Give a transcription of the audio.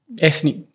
ethnic